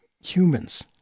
humans